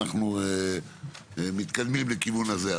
אנחנו מתקדמים לכיוון הזה.